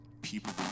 people